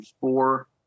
four